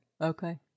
Okay